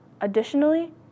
Additionally